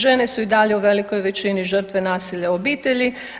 Žene su i dalje u velikoj većini žrtve nasilja u obitelji.